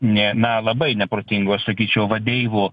ne na labai neprotingo aš sakyčiau vadeivų